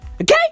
Okay